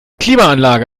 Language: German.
klimaanlage